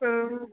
ಹ್ಞೂ